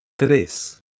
Tres